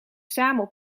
samen